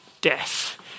death